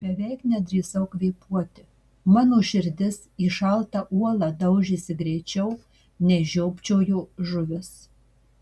beveik nedrįsau kvėpuoti mano širdis į šaltą uolą daužėsi greičiau nei žiopčiojo žuvis